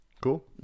Cool